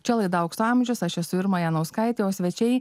čia laida aukso amžius aš esu irma janauskaitė o svečiai